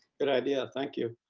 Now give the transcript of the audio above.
good idea. thank you.